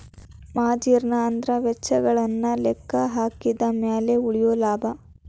margin ಅಂದ್ರ ವೆಚ್ಚಗಳನ್ನ ಲೆಕ್ಕಹಾಕಿದ ಮ್ಯಾಲೆ ಉಳಿಯೊ ಲಾಭ